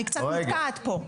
אני קצת מופתעת פה.